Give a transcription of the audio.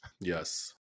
Yes